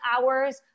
hours